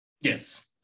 Yes